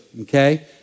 Okay